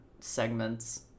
segments